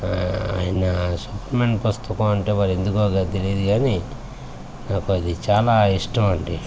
ఆయన Superman పుస్తకం అంటే మరి ఎందుకో అది తెలియదు కానీ నాకు అది చాలా ఇష్టం అండి